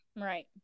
Right